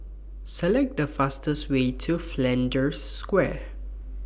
Select The fastest Way to Flanders Square